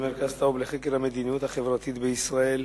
מרכז טאוב לחקר המדיניות הכלכלית והחברתית בישראל,